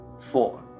Four